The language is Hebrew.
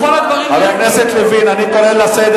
חבר הכנסת לוין.